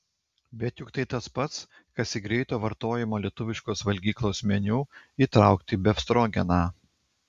bet juk tai tas pats kas į greito vartojimo lietuviškos valgyklos meniu įtraukti befstrogeną